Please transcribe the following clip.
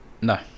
no